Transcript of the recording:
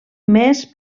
més